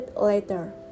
later